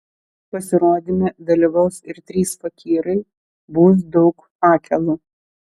pasirodyme dalyvaus ir trys fakyrai bus daug fakelų